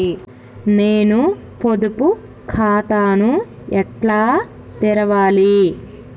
నేను పొదుపు ఖాతాను ఎట్లా తెరవాలి?